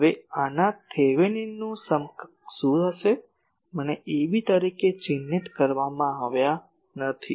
હવે આના થિવેનિનનું સમકક્ષ શું હશે મને a b તરીકે ચિહ્નિત કરવામાં આવ્યાં નથી